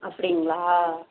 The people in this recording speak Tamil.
அப்படிங்களா